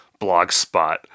Blogspot